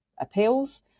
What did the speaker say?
appeals